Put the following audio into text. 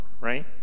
right